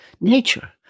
nature